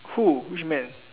who which man